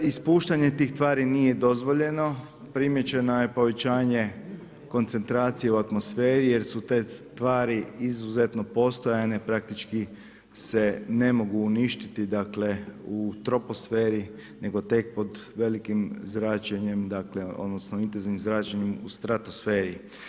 Ispuštanje tih tvari nije dozvoljeno, primijećeno je povećanje koncentracije u atmosferi jer su te tvari izuzetno postojane, praktički se ne mogu uništiti u troposferi nego tek pod velikim zračenjem odnosno intenzivnim zračenjem u stratosferi.